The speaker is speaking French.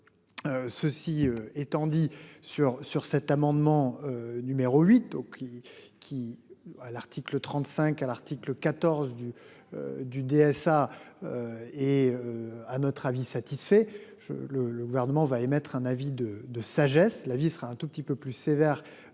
Ceci étant dit sur sur cet amendement numéro 8 au qui qui a l'article 35 à l'article 14 du. Du DSA. Et à notre avis satisfait je le. Le gouvernement va émettre un avis de de sagesse, la vie sera un tout petit peu plus sévère.